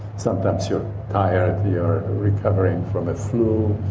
sometimes you're tired you're recovering from a flu,